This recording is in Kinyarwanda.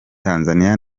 tanzania